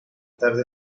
tarde